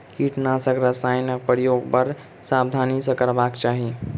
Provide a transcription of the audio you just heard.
कीटनाशक रसायनक प्रयोग बड़ सावधानी सॅ करबाक चाही